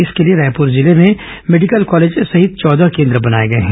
इसके लिए रायपुर जिले में मेडिकल कॉलेज सहित चौदह केन्द्र बनाए गए हैं